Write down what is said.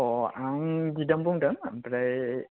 अ आं दिदोम बुंदों ओमफ्राय